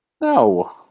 No